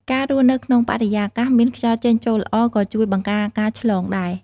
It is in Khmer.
ការរស់នៅក្នុងបរិយាកាសមានខ្យល់ចេញចូលល្អ ក៏ជួយបង្ការការឆ្លងដែរ។